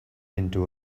into